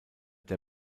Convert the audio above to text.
der